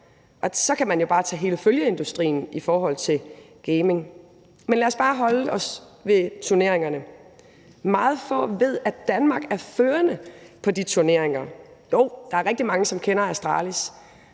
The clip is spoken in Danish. Og så kan man jo bare tage hele følgeindustrien i forhold til gaming. Men lad os bare holde os til turneringerne. Meget få ved, at Danmark er førende på de turneringer. Jo, der er rigtig mange, som kender Astralis,